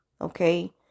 Okay